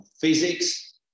physics